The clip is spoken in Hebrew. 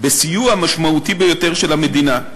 בסיוע משמעותי ביותר של המדינה.